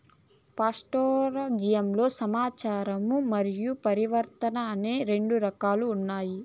పాస్టోరలిజంలో సంచారము మరియు పరివర్తన అని రెండు రకాలు ఉన్నాయి